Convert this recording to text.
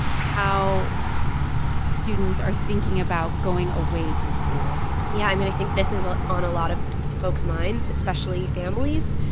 how students are thinking about going away to school yeah. i mean, i think this is ah on a lot of folks' minds, especially families.